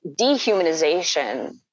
dehumanization